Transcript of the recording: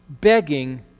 begging